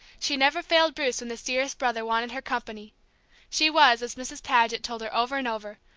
she never failed bruce when this dearest brother wanted her company she was, as mrs. paget told her over and over,